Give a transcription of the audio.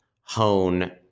hone